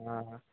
ఆహా